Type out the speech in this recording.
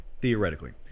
theoretically